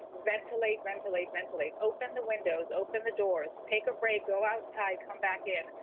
ventilate. ventilate. ventilate. open the windows. open the doors. take a break. go outside. come back in.